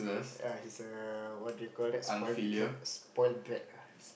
ya he's a what do you call that spoiled brat spoiled brat